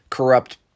Corrupt